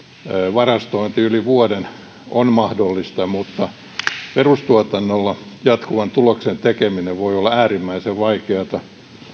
varastointi yli vuoden on mahdollista mutta perustuotannolla jatkuvan tuloksen tekeminen voi olla äärimmäisen vaikeata